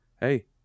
hey